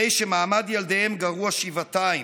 הרי שמעמד ילדיהם גרוע שבעתיים.